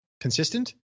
consistent